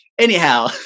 anyhow